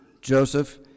Joseph